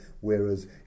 whereas